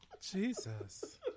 Jesus